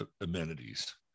amenities